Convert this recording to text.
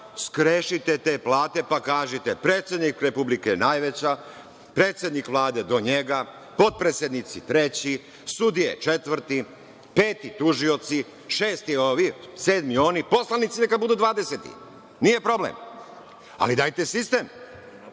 skrešite te plate, pa kažite - predsednik Republike je najveća, predsednik Vlade do njega, potpredsednici treći, sudije četvrti, peti tužioci, šesti ovi, sedmi oni, poslanici neka budu dvadeseti, nije problem, ali dajte sistem,